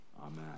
Amen